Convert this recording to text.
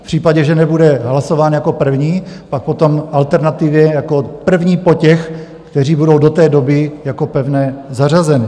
V případě, že nebude hlasován jako první, pak potom alternativně jako první po těch, kteří budou do té doby jako pevné zařazeny.